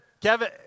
Kevin